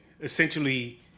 essentially